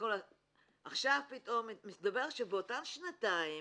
עכשיו פתאום, מסתבר שבאותן שנתיים